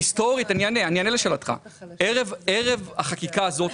ערב החקיקה הזאת